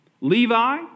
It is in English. Levi